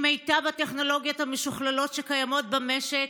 עם מיטב הטכנולוגיות המשוכללות שקיימות במשק